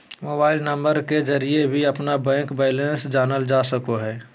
mobile number के जरिए भी अपना बैंक बैलेंस जानल जा सको हइ